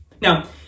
now